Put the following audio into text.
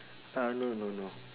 uh no no no